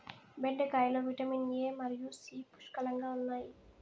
బెండకాయలో vitamin A మరియు C పుష్కలంగా ఉన్నాయి